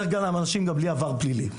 והם אנשים גם בלי עבר פלילי.